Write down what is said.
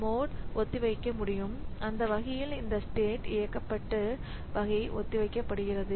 mode ஒத்திவைக்க முடியும் அந்த வகையில் இந்த ஸ்டேட் இயக்கப்பட்டு வகை ஒத்திவைக்கப்படுகிறது